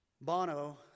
Bono